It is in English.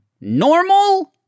normal